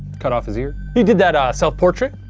cut off his ear. he did that self portrait,